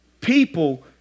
People